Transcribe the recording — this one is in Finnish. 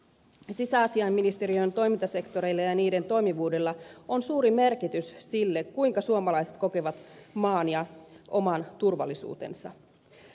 sisäasiainministeriön toimintasektoreilla ja niiden toimivuudella on suuri merkitys sille kuinka suomalaiset kokevat maan ja oman turvallisuutensa